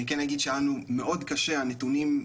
אני כן אגיד שלנו מאוד קשה הנתונים,